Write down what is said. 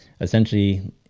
essentially